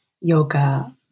yoga